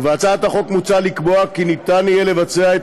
ובהצעת החוק מוצע לקבוע כי ניתן יהיה לבצע את